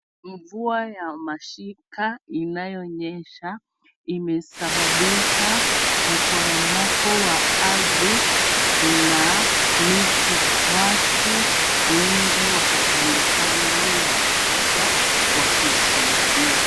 Mvua wa mashika inayonyesha imesababisha mporomoko wa ardhi na miti. Watu wengi wako kando kando ya daraja wakishuhudia.